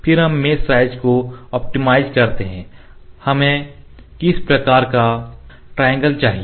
फिर हम mesh size को ऑप्टिमाइज करते हैं हमें किस प्रकार का ट्रायंगल चाहिए